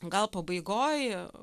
gal pabaigoj